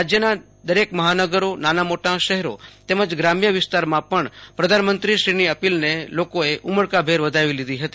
રાજ્યના દરેક મહાનગરી નાના મોટા શહેરી તેમજ ગ્રામ્ય વિસ્તારમાં પણ પ્રધાનમંત્રીશ્રીની અપીલને લોકોએ ઉમળકાભેર વધાવી લીધી હતી